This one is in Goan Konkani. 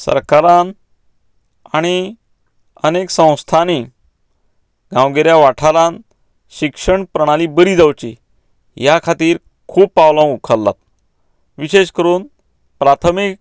सरकारान आनी अनेक संस्थांनीं गांवगिऱ्या वाठारांत शिक्षण प्रणाली बरी जावची ह्या खातीर खूब पावलां उखल्ल्यांत विशेश करून प्राथमीक